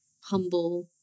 humble